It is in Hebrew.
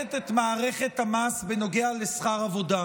מעוותת את מערכת המס בנוגע לשכר עבודה,